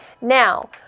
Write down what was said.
Now